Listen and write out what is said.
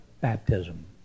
baptism